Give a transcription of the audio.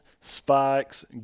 spikes